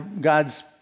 God's